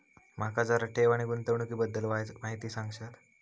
माका जरा ठेव आणि गुंतवणूकी बद्दल वायचं माहिती सांगशात?